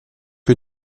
que